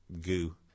goo